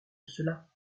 cela